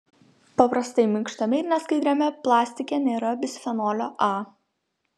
paprastai minkštame ir neskaidriame plastike nėra bisfenolio a